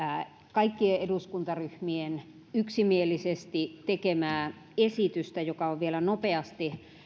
kaikkien eduskuntaryhmien yksimielisesti tekemää esitystä joka on vielä nopeasti